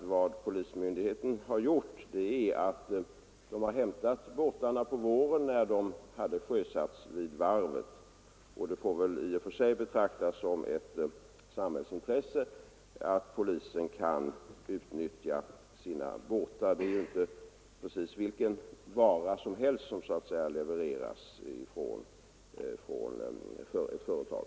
Vad polismyndigheten har gjort är att den har hämtat båtarna på våren när de hade sjösatts vid varvet. I och för sig får det väl betraktas som ett samhällsintresse att polisen kan utnyttja sina båtar. Det är ju inte precis fråga om vilken vara som helst som levereras från ett företag.